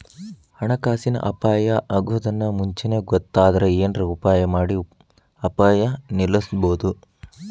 ಹಣಕಾಸಿನ್ ಅಪಾಯಾ ಅಗೊದನ್ನ ಮುಂಚೇನ ಗೊತ್ತಾದ್ರ ಏನರ ಉಪಾಯಮಾಡಿ ಅಪಾಯ ನಿಲ್ಲಸ್ಬೊದು